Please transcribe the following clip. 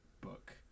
book